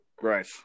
Right